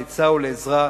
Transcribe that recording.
לעצה ולעזרה,